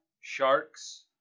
sharks